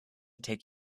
take